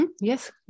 Yes